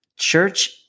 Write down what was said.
Church